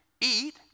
eat